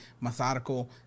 methodical